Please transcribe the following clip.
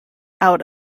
out